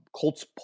Colts